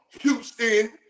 Houston